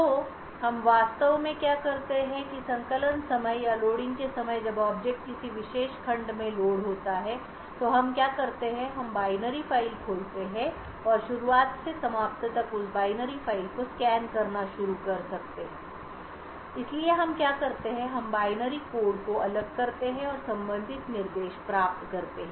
तो हम वास्तव में क्या करते हैं कि संकलन के समय या लोडिंग के समय जब ऑब्जेक्ट किसी विशेष खंड में लोड होता है तो हम क्या करते हैं कि हम बाइनरी फ़ाइल खोलते हैं और शुरुआत से समाप्त तक उस बाइनरी फ़ाइल को स्कैन करना शुरू करते हैं इसलिए हम क्या करते हैं हम बाइनरी कोड को अलग करते हैं और संबंधित निर्देश प्राप्त करते हैं